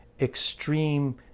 extreme